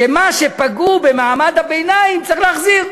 שאת מה שפגעו במעמד הביניים צריך להחזיר.